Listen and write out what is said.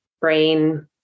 brain